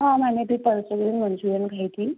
हाँ मैंने अभी परसो में मंचूरियन खाई थी